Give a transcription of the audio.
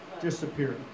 disappeared